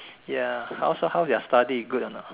ya how so how's your studies good or not